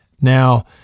Now